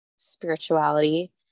Spirituality